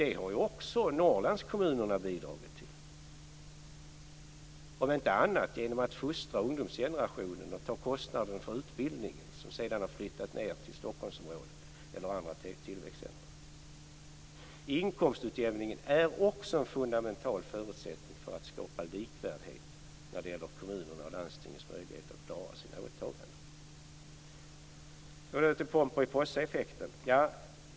Detta har också Norrlandskommunerna bidragit till, om inte annat genom att fostra ungdomsgenerationen att ta kostnaden för utbildningen, som sedan har flyttat ned till Stockholmsområdet eller andra tillväxtcentrum. Inkomstutjämningen är också en fundamental förutsättning för att skapa likvärdighet när det gäller kommunernas och landstingens möjligheter att klara sina åtaganden. Sedan över till Pomperipossaeffekten.